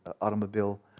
automobile